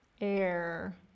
Air